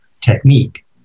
technique